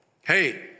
hey